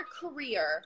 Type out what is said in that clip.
career